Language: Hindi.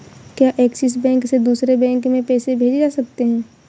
क्या ऐक्सिस बैंक से दूसरे बैंक में पैसे भेजे जा सकता हैं?